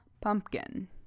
pumpkin